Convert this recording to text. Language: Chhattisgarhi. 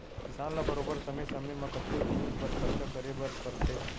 किसान ल बरोबर समे समे म कतको जिनिस बर खरचा करे बर परथे